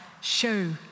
show